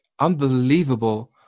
unbelievable